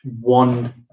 one